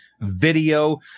video